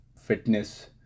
fitness